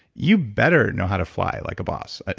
you better know how to fly like a boss